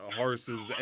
horses